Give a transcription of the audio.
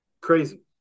crazy